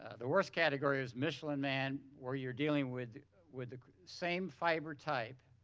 ah the worst category is michelin man where you're dealing with with the same fiber type,